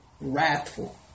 wrathful